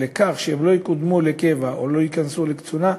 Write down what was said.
זה שהם לא יקודמו לקבע או לא ייכנסו לקצונה,